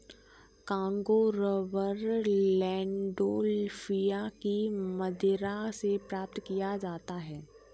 Congo rubber Landolphia की मदिरा से प्राप्त किया जाता है